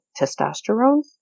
testosterone